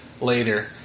later